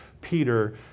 Peter